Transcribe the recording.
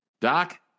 Doc